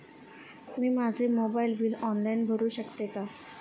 मी माझे mobile bill online भरू शकते का?